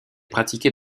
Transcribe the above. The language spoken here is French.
pratiquée